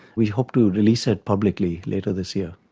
we hope to release it publicly later this year.